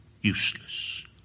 useless